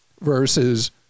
versus